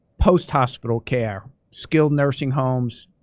post hospital care, skilled nursing homes,